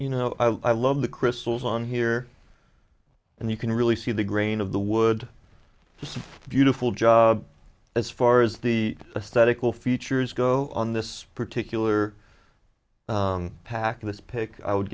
you know i love the crystals on here and you can really see the grain of the wood just beautiful job as far as the static will features go on this particular pack of this pick i would